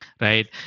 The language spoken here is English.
right